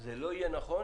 זה לא יהיה נכון